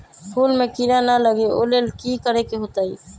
फूल में किरा ना लगे ओ लेल कि करे के होतई?